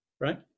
right